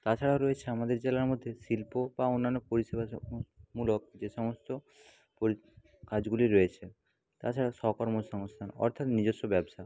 তাছাড়া রয়েছে আমাদের জেলার মধ্যে শিল্প বা অন্যান্য পরিষেবা মূলক যে সমস্ত কাজগুলি রয়েছে তাছাড়া স্বকর্ম সংস্থান অর্থাৎ নিজস্ব ব্যবসা